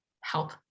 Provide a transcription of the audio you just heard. help